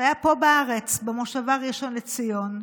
שהוא היה פה בארץ, במושבה ראשון לציון.